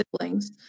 siblings